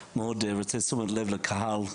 תשומת לב לקהל,